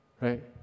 right